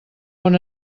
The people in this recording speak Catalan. bon